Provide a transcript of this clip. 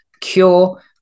cure